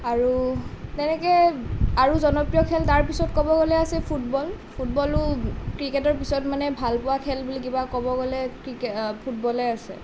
আৰু তেনেকৈ আৰু জনপ্ৰিয় খেল তাৰ পিছত ক'ব গ'লে আছে ফুটবল ফুটবলো ক্ৰীকেটৰ পিছত মানে ভালপোৱা খেল বুলি কিবা ক'ব গ'লে ফুটবলেই আছে